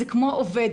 הוא כמו עובד.